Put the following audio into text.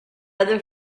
other